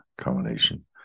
combination